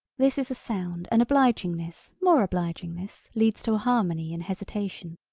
this is a sound and obligingness more obligingness leads to a harmony in hesitation.